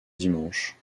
dimanche